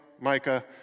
Micah